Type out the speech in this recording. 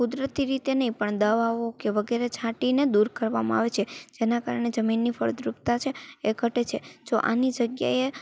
કુદરતી રીતે નહિ પણ દવાઓ કે વગેરે છાંટીને દૂર કરવામાં આવે છે જેના કારણે જમીનની ફળદ્રુપતા છે એ ઘટે છે જો આની જગ્યાએ